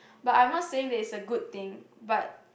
but I'm not saying that it's a good thing but